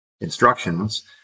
instructions